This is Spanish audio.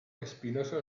espinoso